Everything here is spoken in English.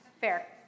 Fair